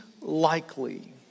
likely